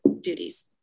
duties